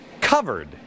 covered